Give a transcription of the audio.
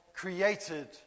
Created